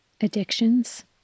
addictions